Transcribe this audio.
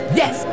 yes